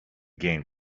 gain